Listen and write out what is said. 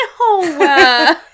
No